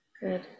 Good